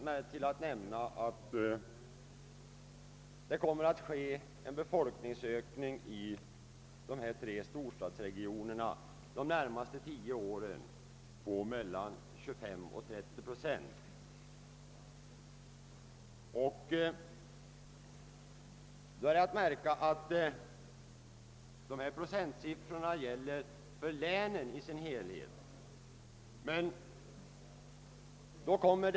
mig till att nämna, att man räknar med en: befolkningsökning i dessa tre storstadsregioner de närmaste tio åren på mellan 25 och 30 procent. Då är att märka att dessa procentsiffror gäller för länen i deras hel het.